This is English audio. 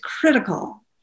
critical